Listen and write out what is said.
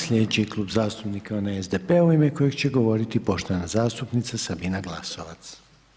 Sljedeći Klub zastupnika onaj SPD-a u ime kojeg će govoriti poštovana zastupnica Sabina Glasovac.